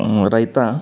raita